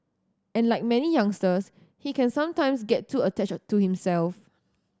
and like many youngsters he can sometimes get too attached to himself